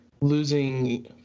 losing